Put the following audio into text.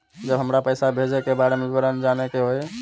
जब हमरा पैसा भेजय के बारे में विवरण जानय के होय?